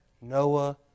Noah